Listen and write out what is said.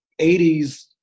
80s